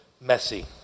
messy